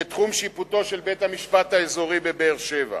תחום שיפוטו של בית-המשפט האזורי בבאר-שבע.